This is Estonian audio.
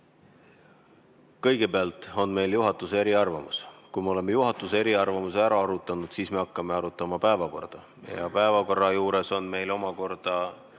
Kõigepealt on meil juhatuse eriarvamus. Kui me oleme juhatuse eriarvamuse ära arutanud, siis me hakkame arutama päevakorda. Ja päevakorra juures omakorda